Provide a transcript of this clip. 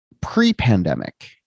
Pre-pandemic